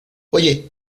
oye